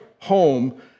home